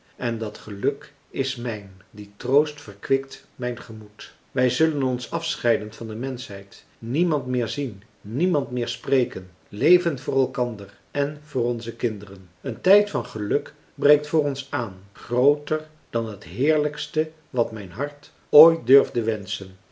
en dat geluk is mijn die troost verkwikt mijn gemoed wij zullen ons afscheiden van de menschheid niemand meer zien niemand meer spreken leven voor elkander en voor onze kinderen een tijd van geluk breekt voor ons aan grooter dan het heerlijkste wat mijn hart ooit durfde wenschen